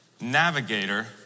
navigator